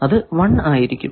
അത് 1 ആയിരിക്കും